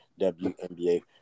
WNBA